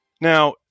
Now